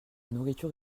nourriture